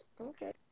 Okay